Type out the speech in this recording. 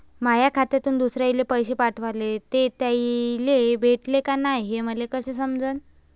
माया खात्यातून दुसऱ्याले पैसे पाठवले, ते त्याले भेटले का नाय हे मले कस समजन?